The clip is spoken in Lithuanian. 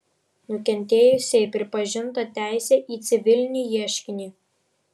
nukentėjusiajai pripažinta teisė į civilinį ieškinį